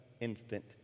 instant